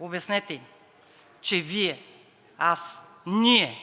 обяснете им, че Вие, аз – ние